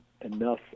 enough